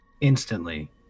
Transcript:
instantly